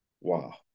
Wow